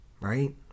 right